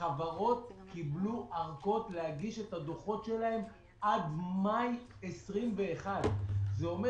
החברות קיבלו ארכות להגיש את הדוחות שלהם עד מאי 21'. זה אומר